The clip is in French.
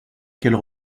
qu’elle